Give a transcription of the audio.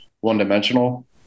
one-dimensional